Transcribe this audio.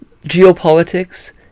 geopolitics